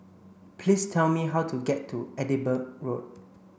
please tell me how to get to Edinburgh Road